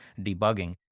debugging